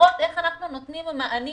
ולראות איך אנחנו נותנים מענים